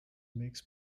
makes